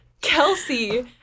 Kelsey